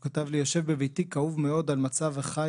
הוא כתב לי: יושב בביתי כאוב מאוד על מצב אחיי